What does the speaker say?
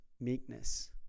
meekness